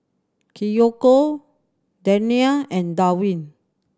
Kiyoko Dania and Darwin